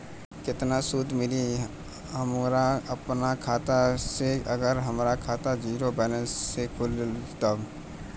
केतना सूद मिली हमरा अपना खाता से अगर हमार खाता ज़ीरो बैलेंस से खुली तब?